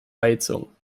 heizung